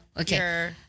Okay